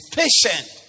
patient